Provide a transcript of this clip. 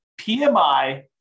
PMI